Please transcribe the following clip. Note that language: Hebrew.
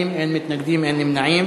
בעד, 20, אין מתנגדים, אין נמנעים.